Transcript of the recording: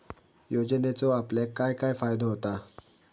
योजनेचो आपल्याक काय काय फायदो होता?